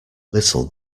little